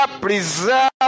preserve